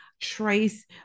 trace